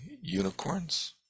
unicorns